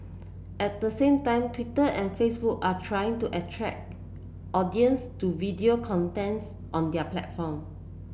at the same time Twitter and Facebook are trying to attract audiences to video contents on their platform